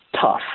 tough